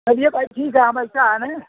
चलिए भाई ठीक है हम ऐसा है ना